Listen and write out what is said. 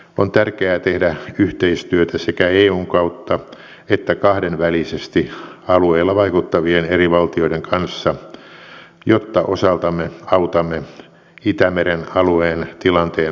on tärkeää tehdä yhteistyötä sekä eun kautta että kahdenvälisesti alueella vaikuttavien eri valtioiden kanssa jotta osaltamme autamme itämeren alueen tilanteen normalisoitumisessa